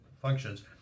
functions